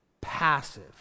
passive